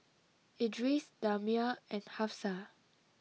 Idris Damia and Hafsa